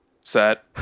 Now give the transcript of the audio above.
set